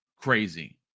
crazy